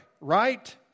Right